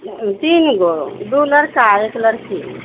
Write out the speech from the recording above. तीनगो दू लड़का एक लड़की